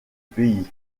pays